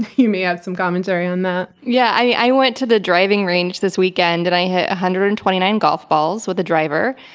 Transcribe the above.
you may have some commentary on that. yeah, i went to the driving range this weekend, and i hit one hundred and twenty nine golf balls, with the driver,